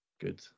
Good